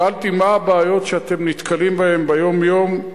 שאלתי: מה הבעיות שאתם נתקלים בהן ביום-יום,